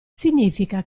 significa